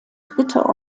dritter